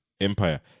empire